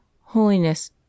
Holiness